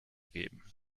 geben